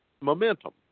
momentum